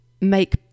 make